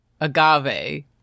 Agave